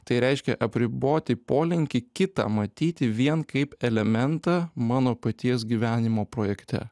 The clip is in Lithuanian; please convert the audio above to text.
tai reiškia apriboti polinkį kitą matyti vien kaip elementą mano paties gyvenimo projekte